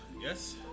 yes